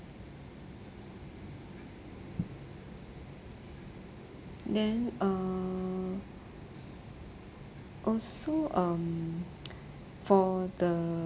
then uh also um for the